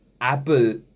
Apple